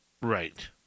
right